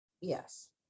Yes